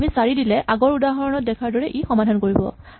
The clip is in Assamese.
আমি চাৰি দিলে আগৰ উদাহৰণত দেখাৰ দৰে ই সামাধান দিব